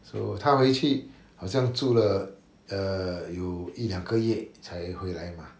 so 他回去好像住了 uh 有一两个月才回来 mah